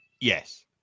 Yes